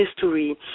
history